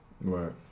Right